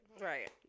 right